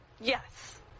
Yes